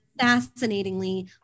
fascinatingly